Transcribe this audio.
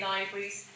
Libraries